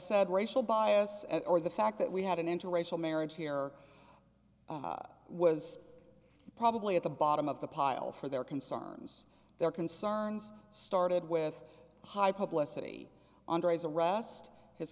said racial bias or the fact that we had an interracial marriage here was probably at the bottom of the pile for their concerns their concerns started with high publicity under his arrest his